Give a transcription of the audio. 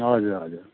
हजुर हजुर